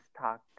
talk